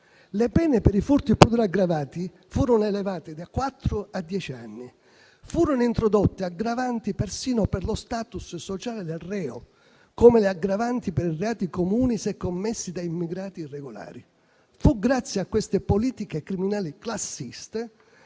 Le pene per i furti aggravati furono elevate da quattro a dieci anni: furono introdotte aggravanti persino per lo *status* sociale del reo, come le aggravanti per reati comuni se commessi da immigrati irregolari. Fu grazie a queste politiche criminali classiste